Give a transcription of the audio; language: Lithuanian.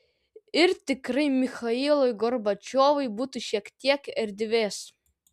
ir tikrai michailui gorbačiovui būtų šiek tiek erdvės